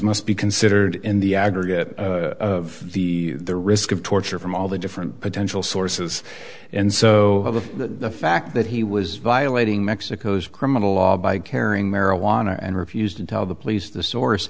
must be considered in the aggregate of the risk of torture from all the different potential sources and so the fact that he was violating mexico's criminal law by carrying marijuana and refused to tell the police the source